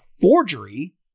forgery